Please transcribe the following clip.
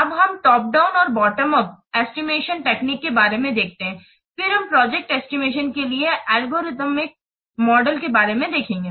अब हम top down और बॉटम उप एस्टिमेशन टेक्निक के बारे में देखते हैं फिर हम प्रोजेक्ट एस्टिमेशन के लिए एल्गोरिथम मॉडल के बारे में देखेंगे